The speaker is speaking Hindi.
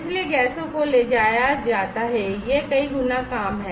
इसलिए गैसों को ले जाया जाता हैयह कई गुना काम है